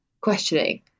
questioning